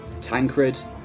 Tancred